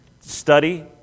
study